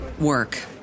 work